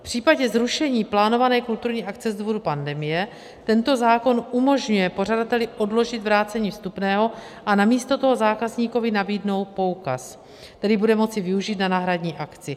V případě zrušení plánované kulturní akce z důvodu pandemie tento zákon umožňuje pořadateli odložit vrácení vstupného a namísto toho zákazníkovi nabídnout poukaz, který bude moci využít na náhradní akci.